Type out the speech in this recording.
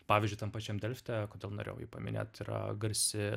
pavyzdžiui tam pačiam delfte kodėl norėjau jį paminėt yra garsi